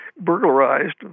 burglarized